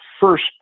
first